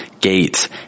Gates